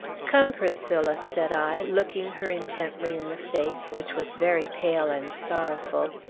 come, priscilla, said i, looking her intently in the face, which was very pale and sorrowful,